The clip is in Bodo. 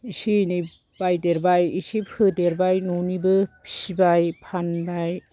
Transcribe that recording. एसे एनै बायदेरबाय एसे फोदेरबाय न'निबो फिबाय फानबाय